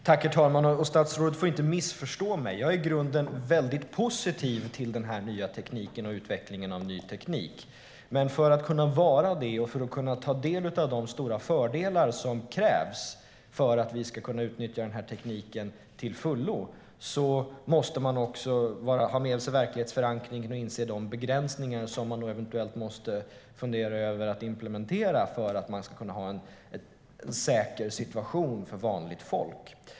Herr talman! Statsrådet får inte missförstå mig. Jag är i grunden mycket positiv till utvecklingen av ny teknik. Men för att kunna vara det och för att kunna ta del av de stora fördelar som krävs för att vi ska kunna utnyttja tekniken till fullo måste man ha en verklighetsförankring och inse de begränsningar som man eventuellt måste implementera för att ha en säker situation för vanligt folk.